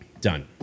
Done